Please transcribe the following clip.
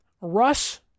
Russ